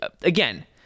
again